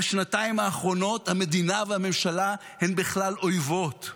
בשנתיים האחרונות המדינה והממשלה הן בכלל אויבות.